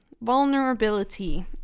vulnerability